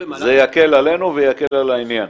זה יקל עלינו ויקל על העניין.